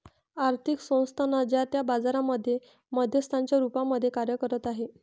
आर्थिक संस्थानांना जे त्या बाजारांमध्ये मध्यस्थांच्या रूपामध्ये कार्य करत आहे